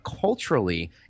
culturally